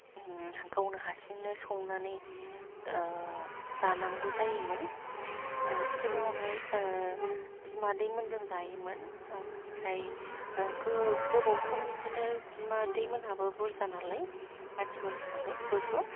गावनो हारसिंनो संनानै जानांगौ जायोमोन सिगाङावहाय बिमादै मोनजों जायोमोन ओमफ्राय गो गोबाव सम बिदिनो बिमादै मोनहाबो बुरजा नालाय मानसि बुरजा नालाय ज ज